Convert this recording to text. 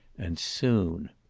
and soon.